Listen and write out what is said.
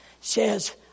says